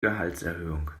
gehaltserhöhung